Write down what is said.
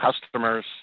customers